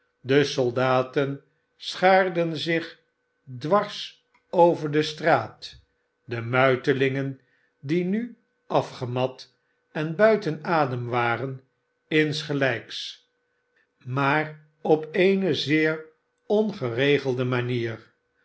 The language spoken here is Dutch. de soldaten schaarden zich dwars over de straat de muitelingen die nu afgemat en buiten adem waren insgelijks maar op eene zeer ongerelde manier